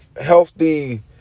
healthy